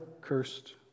cursed